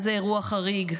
זה אירוע חריג,